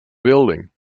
building